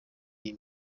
iyi